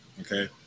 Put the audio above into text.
okay